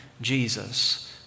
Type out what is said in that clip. Jesus